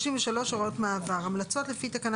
הוראות מעבר 33. (א)המלצות לפי תקנה